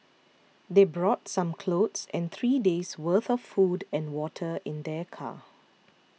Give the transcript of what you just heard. they brought some clothes and three days' worth of food and water in their car